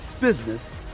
business